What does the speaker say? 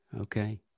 Okay